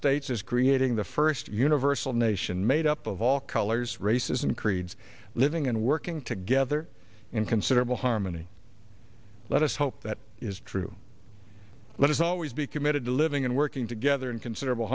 states is creating the first universal nation made up of all colors races and creeds living and working together in considerable harmony let us hope that is true let us always be committed to living and working together in considerable